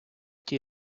тій